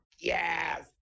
Yes